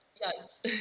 yes